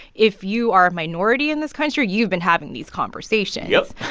if you are a minority in this country, you've been having these conversations. yep.